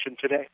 today